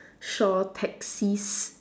shore taxis